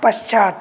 पश्चात्